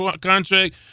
contract